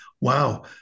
wow